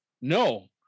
no